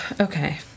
Okay